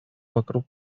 вокруг